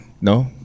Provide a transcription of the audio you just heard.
No